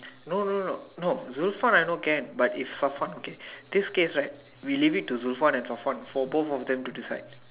no no no no Zufwan I know can but if Safwan okay this case right we leave it to Zufwan and Safwan for both of them to decide